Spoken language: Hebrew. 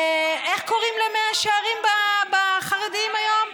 איך קוראים למאה שערים ב"חרדים היום"?